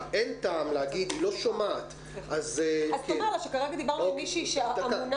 כרגע שוחחנו עם מישהי ממשרד הבריאות שאמונה